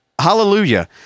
hallelujah